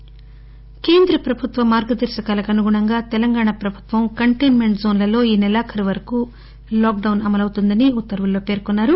అన్ lock కేంద్ర ప్రభుత్వ మార్గదర్శకాలకు అనుగుణంగా తెలంగాణా ప్రభుత్వం కంటైస్మెంట్ జోన్లలో ఈ సెలఖారు వరకు లాక్డౌస్ అమలవుతుందని ఉత్తర్వులలో పేర్కొన్నారు